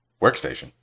Workstation